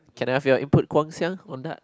can I have your input Guang-Xiang on that